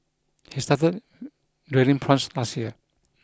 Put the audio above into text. he started rearing prawns last year